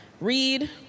read